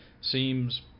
seems